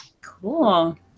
Cool